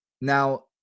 now